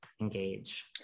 engage